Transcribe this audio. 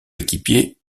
équipier